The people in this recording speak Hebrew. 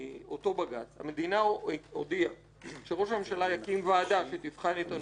אותו בג"ץ המדינה הודיעה שראש הממשלה יקים ועדה שתבחן את הנושא הזה.